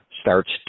starts